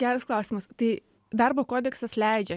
geras klausimas tai darbo kodeksas leidžia